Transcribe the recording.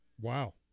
Wow